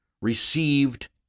received